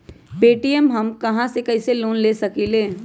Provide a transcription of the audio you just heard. Paytm से हम कईसे लोन ले सकीले?